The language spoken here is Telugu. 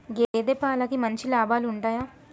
గేదే పాలకి మంచి లాభాలు ఉంటయా?